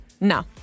No